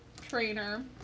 trainer